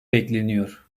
bekleniyor